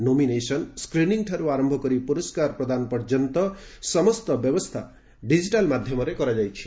nomination ଷ୍ଟ୍ରିନିଂଠାରୁ ଆରମ୍ଭ କରି ପୁରସ୍କାର ପ୍ରଦାନ ପ୍ରର୍ଯ୍ୟନ୍ତ ସମସ୍ତ ବ୍ୟବସ୍ଥା ଡିଜିଟାଲ୍ ମାଧ୍ୟମରେ କରାଯାଇଛି